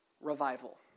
revival